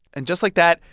and just like that,